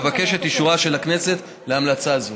אבקש את אישורה של הכנסת להמלצה זו.